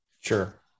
Sure